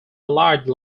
allied